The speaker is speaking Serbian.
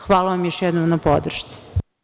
Hvala vam još jednom na podršci.